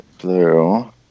blue